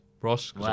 Ross